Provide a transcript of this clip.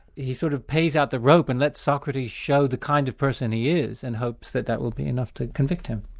he sort of pays out the rope and lets socrates show the kind of person he is, and hopes that that will be enough to convict him.